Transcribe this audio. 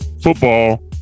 football